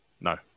No